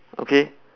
okay